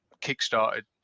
kick-started